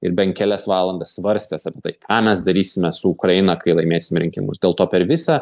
ir bent kelias valandas svarstęs apie tai ką mes darysime su ukraina kai laimėsim rinkimus dėl to per visą